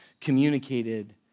communicated